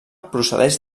procedeix